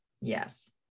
yes